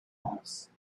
house